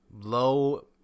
low